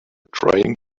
trying